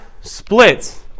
splits